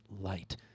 light